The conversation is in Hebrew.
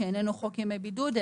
שאיננו חוק ימי בידוד,